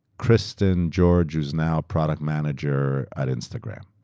kristin george is now product manager at instagram.